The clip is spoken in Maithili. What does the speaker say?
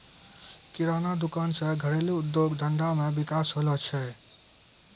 किराना दुकान से घरेलू उद्योग धंधा मे विकास होलो छै